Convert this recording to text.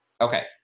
Okay